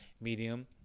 medium